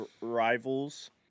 rivals